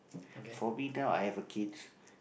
for me now I have a kids